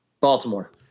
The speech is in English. Baltimore